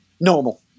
normal